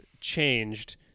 changed